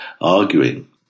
arguing